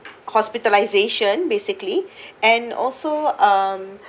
hospitalisation basically and also um